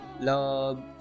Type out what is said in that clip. love